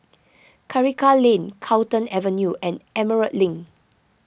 Karikal Lane Carlton Avenue and Emerald Link